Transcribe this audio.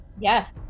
Yes